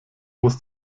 muss